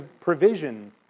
provision